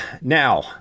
now